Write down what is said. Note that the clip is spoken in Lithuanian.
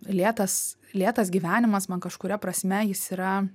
lėtas lėtas gyvenimas man kažkuria prasme jis yra